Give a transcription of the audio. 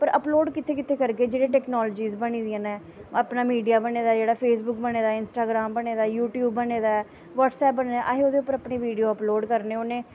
फिर अपलोड़ कित्थें कित्थें करदे जेह्ड़ी टैकनॉलजीस बनी दियां न अपना मीडिया बने दा जेह्ड़ा फेसबुक बने दा इंस्टाग्राम बने दा यूटयूब बने दा अस उस पर अपनी वीडियो अपलोड़ करने होन्ने